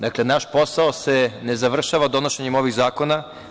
Dakle, naš posao se ne završava donošenjem ovih zakona.